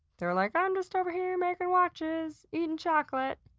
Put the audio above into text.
they were like, i'm just over here making watches, eatin' chocolate.